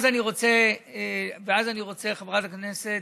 אז אני רוצה, חברת הכנסת,